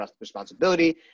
responsibility